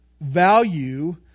value